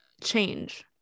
change